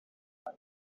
rydw